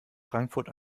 frankfurt